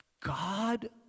God